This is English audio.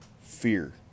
fear